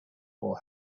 for